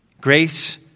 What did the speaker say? Grace